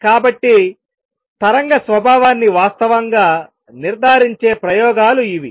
కాబట్టితరంగ స్వభావాన్ని వాస్తవంగా నిర్ధారించే ప్రయోగాలు ఇవి